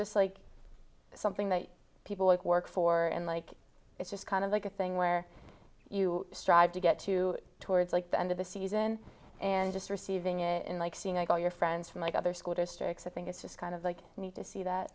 just like something that people like work for and like it's just kind of like a thing where you strive to get to towards like the end of the season and just receiving it in like seeing all your friends from like other school districts i think it's just kind of like need to see that